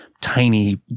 tiny